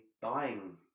buying